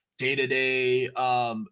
day-to-day